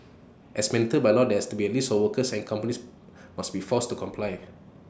as mandated by law there has to be A list of workers and companies must be forced to comply